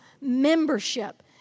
membership